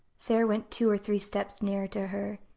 sara went two or three steps nearer to her.